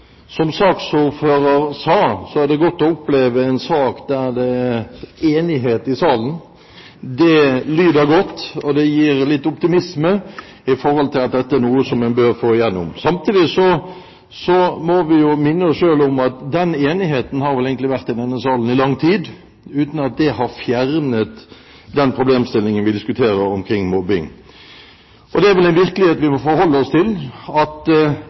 det godt å oppleve en sak der det er enighet i salen. Det lyder godt, og det gir litt optimisme i forhold til at dette er noe som en bør få gjennom. Samtidig må vi jo minne oss selv om at den enigheten har vel egentlig vært i denne salen i lang tid, uten at det har fjernet den problemstillingen vi diskuterer omkring mobbing. Det er vel en virkelighet vi må forholde oss til, at